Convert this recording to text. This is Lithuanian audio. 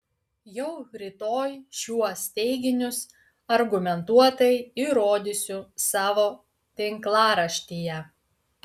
jau rytoj šiuos teiginius argumentuotai įrodysiu savo tinklaraštyje